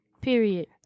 period